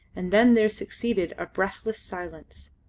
and then there succeeded a breathless silence.